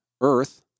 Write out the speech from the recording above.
Earth